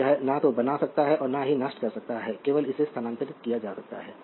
तो यह न तो बना सकता है और न ही नष्ट कर सकता है केवल इसे स्थानांतरित किया जा सकता है